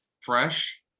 fresh